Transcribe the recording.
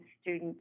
student